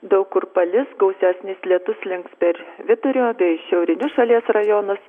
daug kur palis gausesnis lietus slinks per vidurio bei šiaurinius šalies rajonas